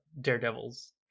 Daredevil's